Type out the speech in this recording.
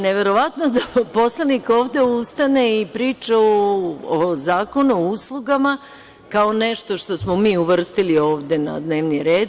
Neverovatno je da poslanik ovde ustane i priča o Zakonu o uslugama kao nešto što smo mi uvrstili ovde na dnevni red.